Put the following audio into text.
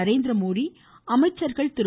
நரேந்திரமோடி அமைச்சர்கள் திரு